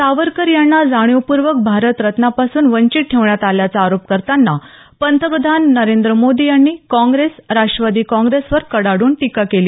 सावरकर यांना जाणीवपूर्वक भारतरत्नापासून वंचित ठेवण्यात आल्याचा आरोप करताना पंतप्रधान नरेंद्र मोदी यांनी काँग्रेस राष्टवादी काँग्रेसवर कडाड्रन टीका केली